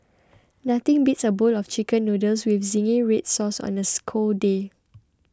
nothing beats a bowl of Chicken Noodles with Zingy Red Sauce on a cold day